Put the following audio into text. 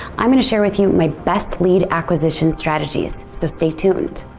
i'm gonna share with you my best lead acquisition strategies, so stay tuned.